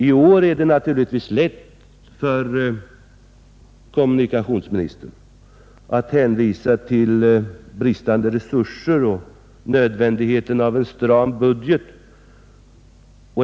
I år är det naturligtvis lätt för kommunikationsministern att hänvisa till bristande resurser och nödvändigheten av en stram budget.